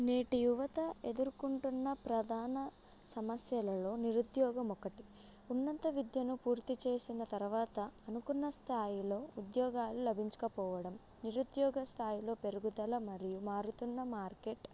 నేటి యువత ఎదుర్కొంటున్న ప్రధాన సమస్యలలో నిరుద్యోగం ఒకటి ఉన్నత విద్యను పూర్తి చేసిన తర్వాత అనుకున్న స్థాయిలో ఉద్యోగాలు లభించుకపోవడం నిరుద్యోగ స్థాయిలో పెరుగుదల మరియు మారుతున్న మార్కెట్